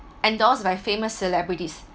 endorsed by famous celebrities